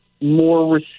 more